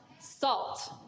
salt